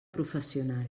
professional